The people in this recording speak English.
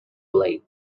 blade